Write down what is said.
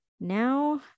Now